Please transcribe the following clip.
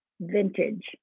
vintage